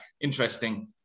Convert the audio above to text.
interesting